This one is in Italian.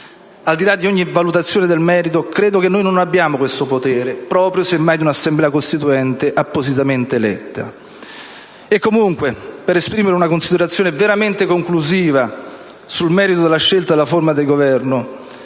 Al di là di ogni valutazione nel merito, credo che noi non abbiamo questo potere, proprio semmai di un'Assemblea costituente appositamente eletta. Comunque, per esprimere una considerazione veramente conclusiva sul merito della scelta della forma di Governo,